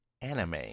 anime